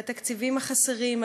על התקציבים החסרים,